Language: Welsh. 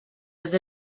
oedd